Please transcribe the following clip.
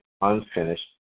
unfinished